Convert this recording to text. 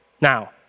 Now